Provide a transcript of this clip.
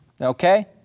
okay